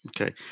Okay